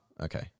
okay